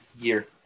year